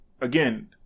again